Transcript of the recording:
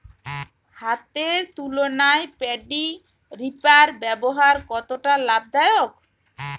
হাতের তুলনায় paddy reaper ব্যবহার কতটা লাভদায়ক?